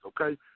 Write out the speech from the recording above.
okay